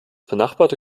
benachbarte